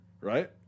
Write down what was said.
right